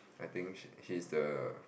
I think she he's the